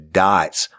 dots